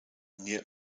near